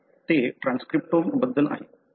तर ते ट्रान्सक्रिप्टोम बद्दल आहे